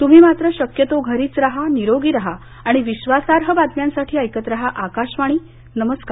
तुम्ही मात्र शक्यतो घरीच राहा निरोगी राहा आणि विश्वासार्ह बातम्यांसाठी ऐकत राहा आकाशवाणी नमस्कार